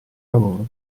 lavoro